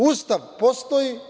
Ustav postoji.